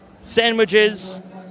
sandwiches